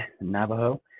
navajo